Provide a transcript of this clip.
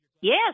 yes